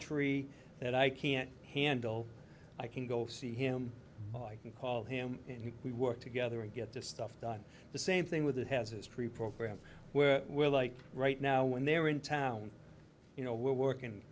tree that i can't handle i can go see him i can call him and we work together and get the stuff done the same thing with it has a history program where we're like right now when they're in town you know we're working